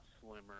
slimmer